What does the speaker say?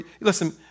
listen